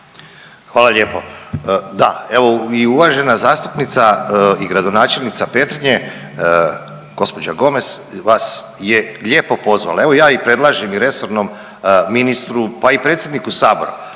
Hvala lijepo. Da, evo i uvažena zastupnica i gradonačelnica Petrinje gospođa Komes vas je lijepo pozvala, evo ja i predlažem resornom ministru pa i predsjedniku sabora,